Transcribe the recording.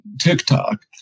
TikTok